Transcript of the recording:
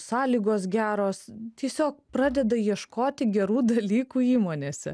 sąlygos geros tiesiog pradeda ieškoti gerų dalykų įmonėse